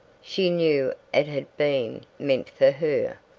she knew it had been meant for her.